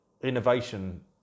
innovation